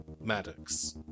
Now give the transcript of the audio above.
Maddox